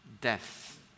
death